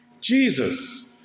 Jesus